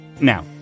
Now